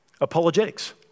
Apologetics